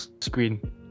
screen